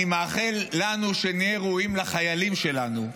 אני מאחל לנו שנהיה ראויים לחיילים שלנו,